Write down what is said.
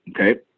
Okay